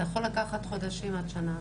זה יכול לקחת חודשים עד שנה.